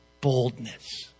boldness